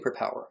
superpower